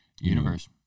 Universe